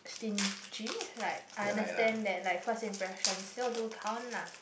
stingy like I understand that like first impression still do count lah